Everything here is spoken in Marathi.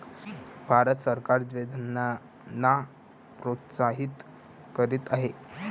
भारत सरकार जैवइंधनांना प्रोत्साहित करीत आहे